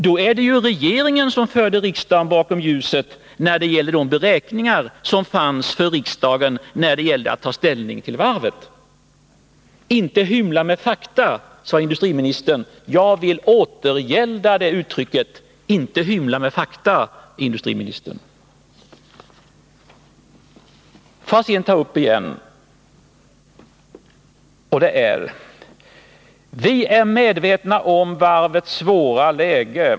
Då är det ju regeringen som förde riksdagen bakom ljuset med de beräkningar som fanns då riksdagen skulle ta ställning i varvsfrågan. Inte hymla med fakta, sade industriministern. Jag vill återgälda det uttrycket: Inte hymla med fakta, industriministern! Vi är medvetna om varvets svåra läge.